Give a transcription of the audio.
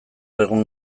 egun